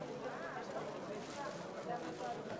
התגברתי על זה בעצמי.